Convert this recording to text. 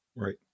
right